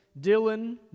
Dylan